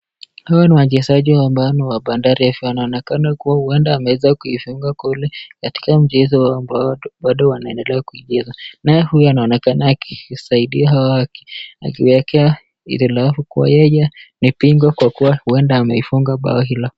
Hawa ni wachezaji wa maana wa Bandari FC. Wanaonekana kuwa huenda ameweza kuifunga kule katika mchezo ambao bado wanaendelea kucheza. Naye huyu anaonekana akisaidia hawa, akiwekea ilafu kwa yeye ni pingo kwa kuwa huenda amefunga bao hilo.